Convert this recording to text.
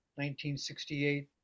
1968